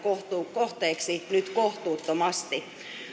kohteeksi nyt kohtuuttomasti